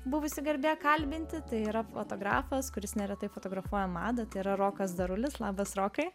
buvusi garbė kalbinti tai yra fotografas kuris neretai fotografuoja madą tai yra rokas darulis labas rokai